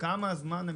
עוד כמה זמן זה